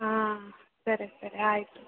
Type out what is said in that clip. ಹಾಂ ಸರಿ ಸರಿ ಆಯಿತು